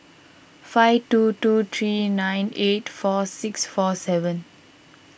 five two two three nine eight four six four seven